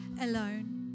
alone